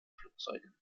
flugzeugen